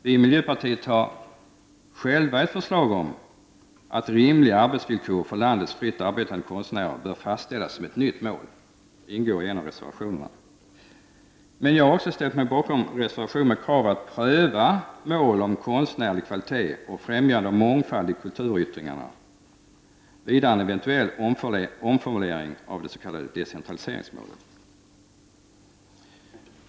Vi i miljöpartiet har själva ett förslag om att rimliga arbetsvillkor för landets fritt arbetande konstnärer skall fastställas som ett nytt mål. Det ingår i en av reservationerna. Men jag har också ställt mig bakom en reservation med krav att man skall pröva mål i fråga om konstnärlig kvalitet och främjande av mångfald i kulturyttringarna; vidare gäller det en eventuell omformulering av det s.k. decentraliseringsmålet.